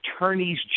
attorneys